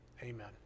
Amen